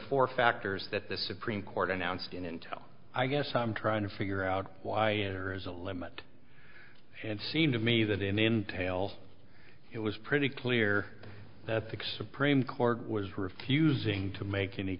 four factors that the supreme court announced in intel i guess i'm trying to figure out why there is a limit and seem to me that in tail it was pretty clear that the supreme court was refusing to make any